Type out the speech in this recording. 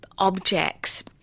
objects